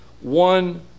one